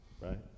right